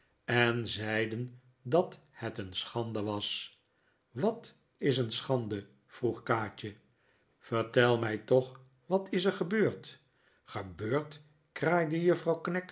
en zeiden dat het een schande was wat is een schande vroeg kaatje vertel mij toch wat is er gebeurd gebeurd kraaide